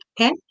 Okay